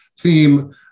theme